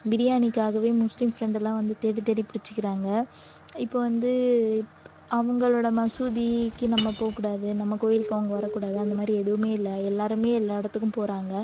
பிரியாணிக்காகவே முஸ்லீம் ஃப்ரெண்ட் எல்லாம் வந்து தேடி தேடி பிடிச்சிக்கிறாங்க இப்போ வந்து அவங்களோட மசூதிக்கு நம்ம போககூடாது நம்ம கோயிலுக்கு அவங்க வரக்கூடாது அந்த மாதிரி எதுவுமே இல்லை எல்லாருமே எல்லா இடத்துக்கும் போகிறாங்க